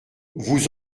vous